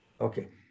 Okay